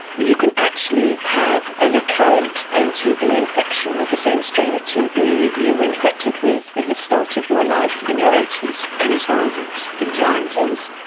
you can actually have a recurrent mtb infection with the same strain of tb you're infected with at the start of your life in your eighty s. and its origins in time? origins,